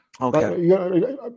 Okay